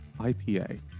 IPA